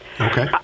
Okay